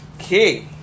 Okay